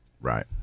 Right